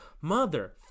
Mother